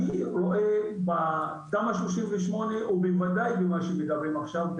אני רואה בתמ"א 38 ובוודאי שמה שמדברים עכשיו,